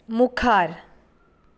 मुखार